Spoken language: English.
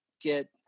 get